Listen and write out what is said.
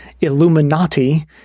Illuminati